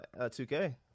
2K